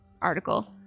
article